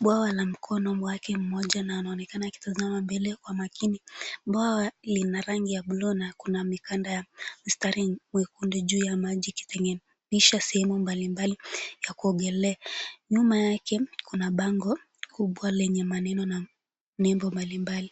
bwawa na mkono wake mmoja na anaonekana akitazama mbele kwa makini. Bwawa lina rangi ya bluu na kuna mikanda ya mistari mwekundu juu ya maji ikitenganisha sehemu mbalimbali ya kuogelea. Nyuma yake kuna bango kubwa lenye maneno na nembo mbalimbali.